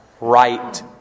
right